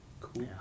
Cool